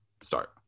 start